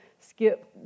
Skip